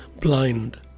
blind